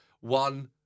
One